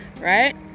Right